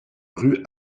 rue